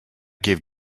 gave